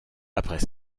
après